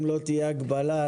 אם לא תהיה הגבלה,